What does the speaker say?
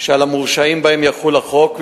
שעל המורשעים בהן יחול החוק,